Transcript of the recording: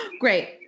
great